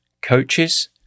coaches